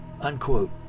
unquote